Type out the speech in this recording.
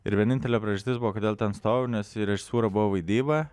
ir vienintelė priežastis buvo kodėl ten stojau nes į režisūrą buvo vaidyba